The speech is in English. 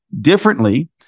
differently